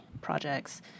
projects